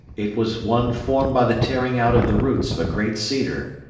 it was one formed by the tearing out of the roots of a great cedar,